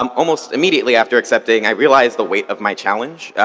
um almost immediately after accepting, i realized the weight of my challenge,